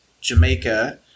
Jamaica